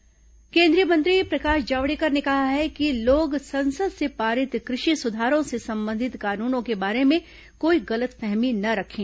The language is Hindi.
जावड़ेकर कृषि सुधार केन्द्रीय मंत्री प्रकाश जावड़ेकर ने कहा है कि लोग संसद से पारित कृषि सुधारों से संबंधित कानूनों के बारे में कोई गलतफहमी न रखें